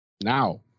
now